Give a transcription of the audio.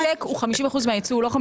לא לוקחים את